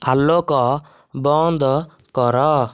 ଆଲୋକ ବନ୍ଦ କର